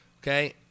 okay